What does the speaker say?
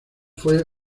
fue